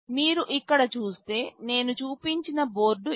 మీరు ఇక్కడ చూస్తే నేను చూపించిన బోర్డు ఇదే